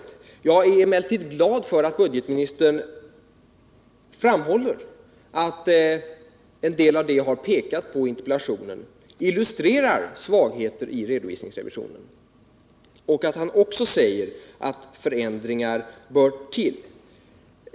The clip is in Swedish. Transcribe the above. Jag är emellertid glad för att budgetministern framhåller att en del av det som jag har pekat på i interpellationen illustrerar svagheter i redovisningsrevisionen och för att han också säger att förändringar bör komma till stånd.